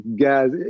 guys